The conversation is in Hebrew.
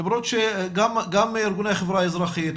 למרות שגם ארגוני החברה האזרחית,